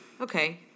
Okay